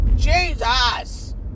Jesus